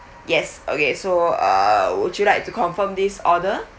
yes okay so uh would you like to confirm this order